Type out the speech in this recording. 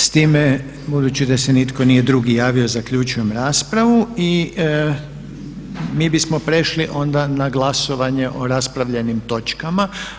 S time budući da se nitko nije drugi javio zaključujem raspravu i mi bismo prešli na glasovanje o raspravljenim točkama.